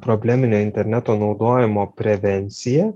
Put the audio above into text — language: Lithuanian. probleminio interneto naudojimo prevenciją